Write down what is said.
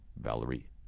valerie